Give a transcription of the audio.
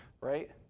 right